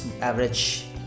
average